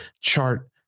chart